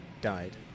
died